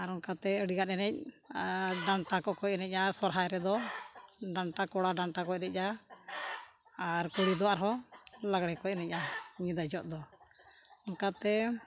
ᱟᱨ ᱚᱱᱠᱟᱛᱮ ᱟᱹᱰᱤᱜᱟᱱ ᱮᱱᱮᱡ ᱰᱟᱱᱴᱟ ᱠᱚᱠᱚ ᱮᱱᱮᱡᱟ ᱥᱚᱨᱦᱟᱭ ᱨᱮᱫᱚ ᱰᱟᱱᱴᱟ ᱠᱚᱲᱟ ᱰᱟᱱᱴᱟ ᱠᱚ ᱮᱱᱮᱡᱟ ᱟᱨ ᱠᱩᱲᱤ ᱫᱚ ᱟᱨᱦᱚᱸ ᱞᱟᱜᱽᱬᱮ ᱠᱚ ᱮᱱᱮᱡᱟ ᱧᱤᱫᱟᱹ ᱡᱚᱦᱚᱜ ᱫᱚ ᱚᱱᱠᱟᱛᱮ